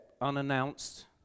unannounced